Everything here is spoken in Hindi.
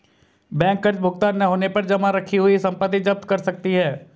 बैंक कर्ज भुगतान न होने पर जमा रखी हुई संपत्ति जप्त कर सकती है